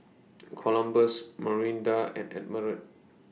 Columbus Marinda and Emerald